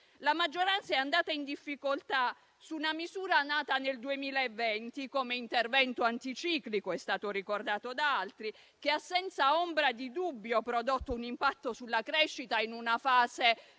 La maggioranza è andata in difficoltà su una misura nata nel 2020 come intervento anticiclico, com'è stato ricordato da altri, che senza ombra di dubbio ha prodotto un impatto sulla crescita in una fase